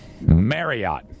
Marriott